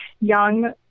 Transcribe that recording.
young